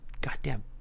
goddamn